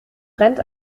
rennt